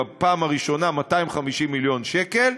בפעם הראשונה 250 מיליון שקל,